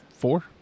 four